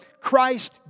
Christ